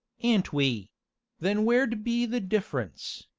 a'n't we then where d be the difference?